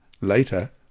Later